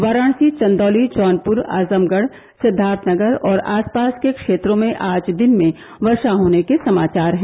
वाराणसी चंदौली जौनपुर आजमगढ़ सिद्दार्थनगर और आसपास के क्षेत्रों में आज दिन में वर्षा होने के समाचार हैं